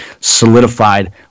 solidified